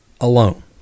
alone